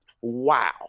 Wow